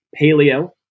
paleo